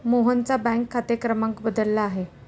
मोहनचा बँक खाते क्रमांक बदलला आहे